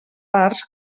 parts